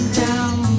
down